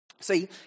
See